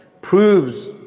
proves